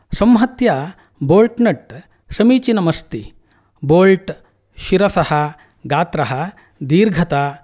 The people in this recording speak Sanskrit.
संहत्य बोल्ट् नट् समीचीनम् अस्ति बोल्ट् शिरसः गात्रः दीर्घता